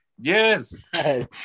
Yes